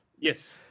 Yes